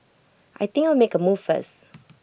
I think I'll make A move first